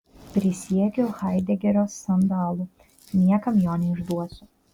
prisiekiu haidegerio sandalu niekam jo neišduosiu